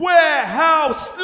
Warehouse